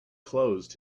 closed